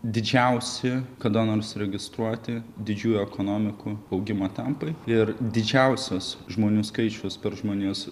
didžiausi kada nors registruoti didžiųjų ekonomikų augimo tempai ir didžiausias žmonių skaičius per žmonijos